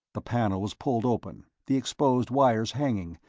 the panel was pulled open, the exposed wires hanging,